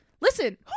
Listen